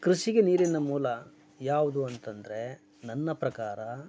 ಕೃಷಿಗೆ ನೀರಿನ ಮೂಲ ಯಾವುದು ಅಂತಂದರೆ ನನ್ನ ಪ್ರಕಾರ